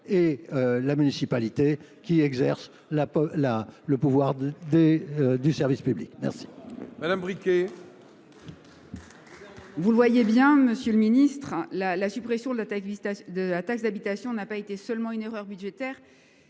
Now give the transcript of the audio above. et la municipalité qui exerce le pouvoir du service public. Vous